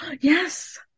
Yes